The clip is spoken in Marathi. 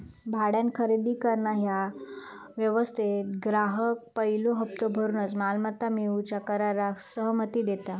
भाड्यान खरेदी करणा ह्या व्यवस्थेत ग्राहक पयलो हप्तो भरून मालमत्ता मिळवूच्या कराराक सहमती देता